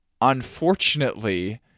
Unfortunately